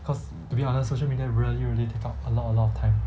cause to be honest social media really really take up a lot a lot of time